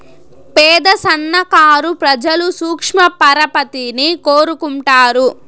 పేద సన్నకారు ప్రజలు సూక్ష్మ పరపతిని కోరుకుంటారు